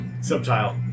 Subtile